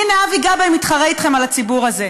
הינה, אבי גבאי מתחרה איתכם על הציבור הזה.